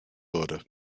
wurde